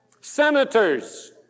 Senators